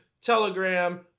Telegram